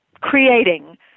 creating